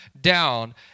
down